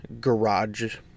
garage